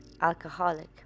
alcoholic